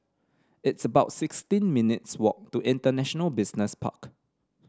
it's about sixteen minutes' walk to International Business Park